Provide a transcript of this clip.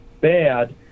bad